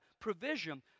provision